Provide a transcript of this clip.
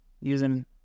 using